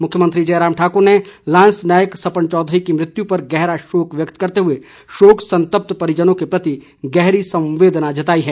मुख्यमंत्री जयराम ठाकुर ने लांस नायक सपन चौधरी की मुत्यु पर गहरा शोक व्यक्त करते हुए शोक संतप्त परिजनों के प्रति गहरी संवेदना जताई है